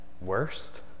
worst